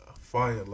Fire